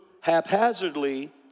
haphazardly